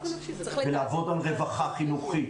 לעבוד על רווחה חינוכית